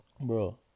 Bro